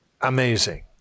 amazing